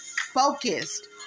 focused